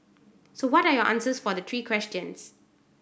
so what are your answers for the three questions